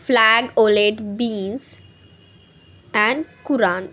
flageolet beans and Quran